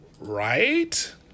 Right